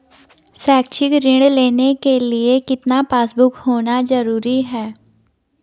शैक्षिक ऋण लेने के लिए कितना पासबुक होना जरूरी है?